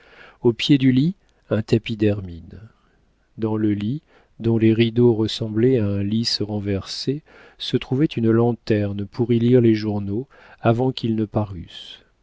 au pied du lit un tapis d'hermine dans le lit dont les rideaux ressemblaient à un lis renversé se trouvait une lanterne pour y lire les journaux avant qu'ils parussent